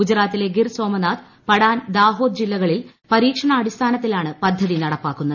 ഗുജറാത്തിലെ ഗിർ സോമനാഥ് പടാൻ ദാഹോദ്ട് ജില്ലകളിൽ പരീക്ഷണാടിസ്ഥാനത്തില്ലിട്ടിണ് പദ്ധതി നടപ്പാക്കുന്നത്